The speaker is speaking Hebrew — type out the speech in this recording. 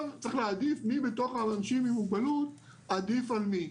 צריך להגיד מי בתוך האנשים עם מוגבלות עדיף על מי.